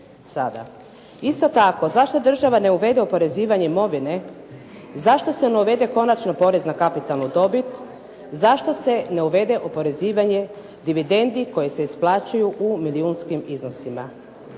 Isto tako, zašto država ne uvede oporezivanje imovine? Zašto se ne uvede konačno porez na kapitalnu dobit? Zašto se ne uvede oporezivanje dividendi koje se isplaćuju u milijunskim iznosima?